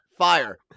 Fire